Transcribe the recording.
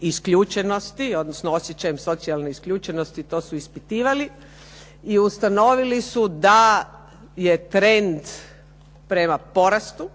isključenosti, odnosno osjećaje socijalne isključenosti, to su ispitivali i ustanovili su da je trend prema porastu,